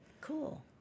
Cool